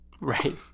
Right